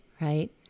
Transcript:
right